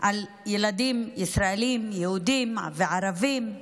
על ילדים ישראלים, יהודים וערבים,